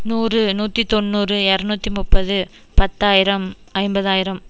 நூறு நூற்றி தொண்ணூறு இரநூத்தி முப்பது பத்தாயிரம் ஐம்பதாயிரம்